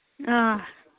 آ